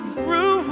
grew